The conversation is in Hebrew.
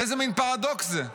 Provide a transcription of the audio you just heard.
איזה מין פרדוקס זה?